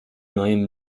neuem